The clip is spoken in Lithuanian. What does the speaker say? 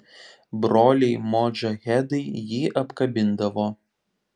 broliai modžahedai jį apkabindavo